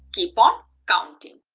keep on counting.